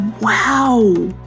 Wow